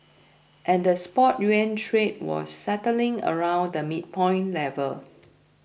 and the spot yuan trade was settling around the midpoint level